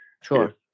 Sure